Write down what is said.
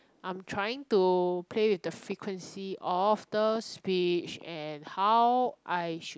I'm trying to play with the frequency of the speech and how I should